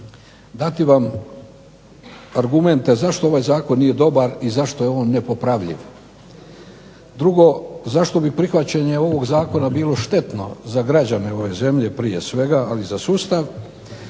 dati vam argumente zašto ovaj zakon nije dobar i zašto je on nepopravljiv. Drugo, zašto bi prihvaćanje ovog zakona bilo štetno za građane ove zemlje prije svega ali i za sustav